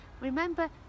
remember